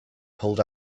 pulled